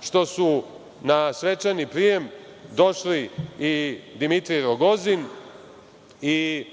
što su na svečani prijem došli i Dimitrij Rogozin i